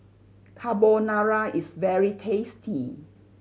Carbonara is very tasty